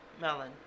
melon